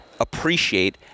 appreciate